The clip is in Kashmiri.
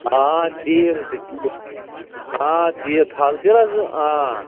آ تیٖل تہِ تیٖل آ تیٖل پھل تیٖل حظ آ